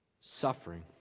suffering